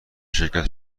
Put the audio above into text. شرکت